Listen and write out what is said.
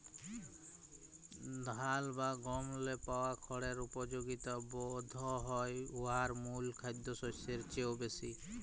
ধাল বা গমেল্লে পাওয়া খড়ের উপযগিতা বধহয় উয়ার মূল খাদ্যশস্যের চাঁয়েও বেশি